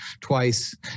twice